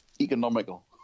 Economical